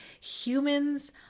humans